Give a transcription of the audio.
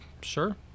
Sure